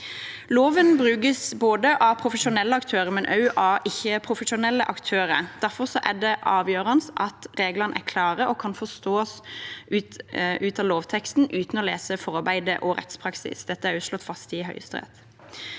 Loven brukes av både profesjonelle og ikke-profesjonelle aktører. Det er derfor avgjørende at reglene er klare og kan forstås ut fra lovteksten uten å lese forarbeider og rettspraksis. Dette er også slått fast av Høyesterett.